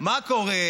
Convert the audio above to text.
אני מבקש,